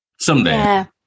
someday